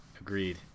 Agreed